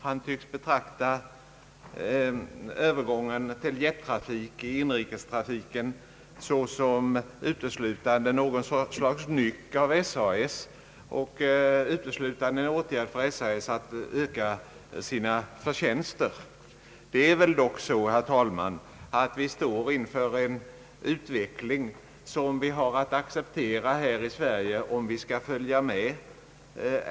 Han tycks betrakta övergången till jetplan i inrikestrafiken såsom något slags nyck av SAS eller uteslutande som en åtgärd av SAS för att öka sina inkomster. Vi står väl ändå, herr talman, inför en utveckling som vi måste acceptera här i Sverige, om vi skall följa med.